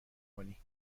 کنی